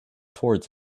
towards